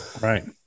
Right